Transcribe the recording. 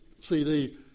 CD